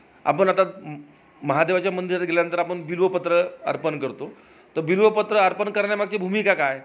आपण आता महादेवाच्या मंदिरात गेल्यानंतर आपण बिल्वपत्र अर्पण करतो तर बिल्वपत्र अर्पण करण्यामागची भूमिका काय